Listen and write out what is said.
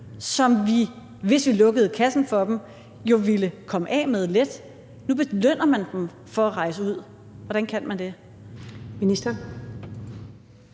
som vi jo, hvis vi lukkede kassen for dem, let ville komme af med? Nu belønner man dem for at rejse ud. Hvordan kan man det?